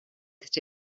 that